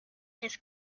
his